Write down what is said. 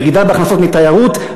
ירידה בהכנסות מתיירות,